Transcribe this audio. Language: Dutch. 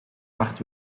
hard